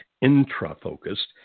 intra-focused